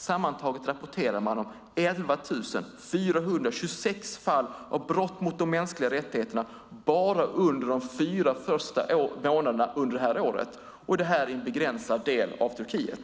Sammantaget rapporterar man om 11 426 fall av brott mot de mänskliga rättigheterna bara under de fyra första månaderna under detta år i en begränsad del av Turkiet.